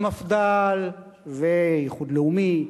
המפד"ל והאיחוד הלאומי,